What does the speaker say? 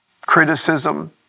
criticism